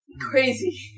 Crazy